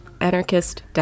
anarchist